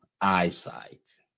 eyesight